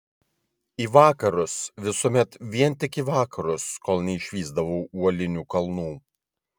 į vakarus visuomet vien tik į vakarus kol neišvysdavau uolinių kalnų